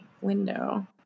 window